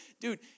Dude